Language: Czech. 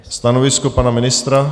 Stanovisko pana ministra?